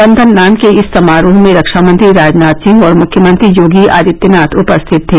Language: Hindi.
बंधन नाम के इस समारोह में रक्षामंत्री राजनाथ सिंह और मुख्यमंत्री योगी आदित्यनाथ उपस्थित थे